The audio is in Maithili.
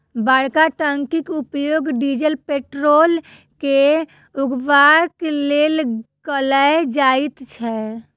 बड़का टंकीक उपयोग डीजल पेट्रोल के उघबाक लेल कयल जाइत छै